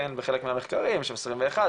בחלק מהמחקרים זה 21,